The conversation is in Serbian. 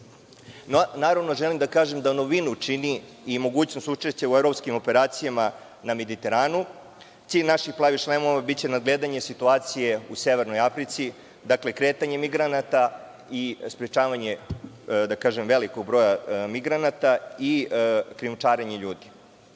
Naravno, želim da kažem da novinu čini i mogućnost učešća u evropskim operacijama na Mediteranu. Cilj naših „plavih šlemova“ biće nadgledanje situacije u Severnoj Africi, dakle, kretanje migranata i sprečavanje velikog broja migranata i krijumčarenje ljudi.E,